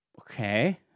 Okay